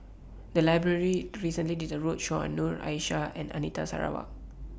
The Library recently did A roadshow on Noor Aishah and Anita Sarawak